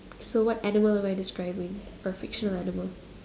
so what animal am I describing a fictional animal